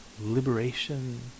liberation